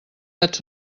gats